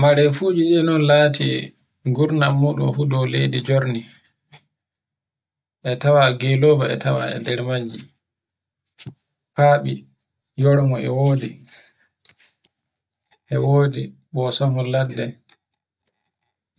Marefu e lati gurna muɗum fu dow jorndi e tawa jeloɗe e tawa e nder majji, faɓi yorngo e wodi. E wodi bosahol ledde